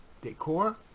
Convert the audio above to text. Decor